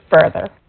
further